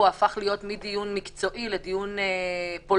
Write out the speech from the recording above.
הפך להיות מדיון מקצועי לדיון פוליטי.